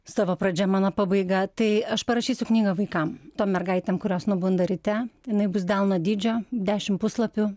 savo pradžia mano pabaiga tai aš parašysiu knygą vaikam tom mergaitėm kurios nubunda ryte jinai bus delno dydžio dešimt puslapių